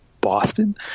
Boston